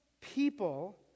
people